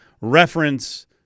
reference